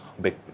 big